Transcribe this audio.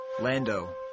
Lando